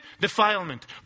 defilement